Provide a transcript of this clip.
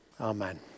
Amen